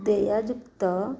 ଦେୟଯୁକ୍ତ